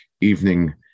evening